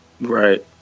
right